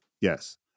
Yes